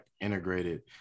integrated